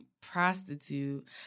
prostitute